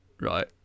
right